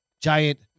giant